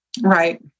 Right